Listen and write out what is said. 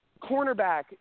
cornerback